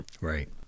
Right